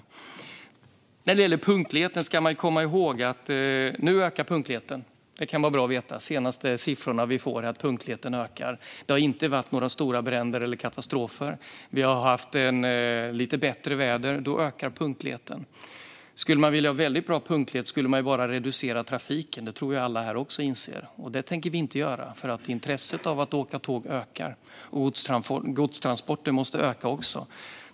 När det gäller punktligheten ska man komma ihåg att den nu ökar. Det kan vara bra att veta. De senaste siffrorna vi fått visar att punktligheten ökar. Det har inte varit några stora bränder eller katastrofer, och vi har haft lite bättre väder. Då ökar punktligheten. Skulle man vilja ha väldigt bra punktlighet skulle man bara reducera trafiken. Det tror jag att alla här i kammaren också inser. Men det tänker vi inte göra. Intresset för att åka tåg ökar nämligen. Godstransporterna måste också öka.